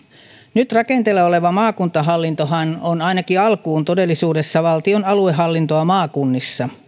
nyt rakenteilla oleva maakuntahallintohan on ainakin alkuun todellisuudessa valtion aluehallintoa maakunnissa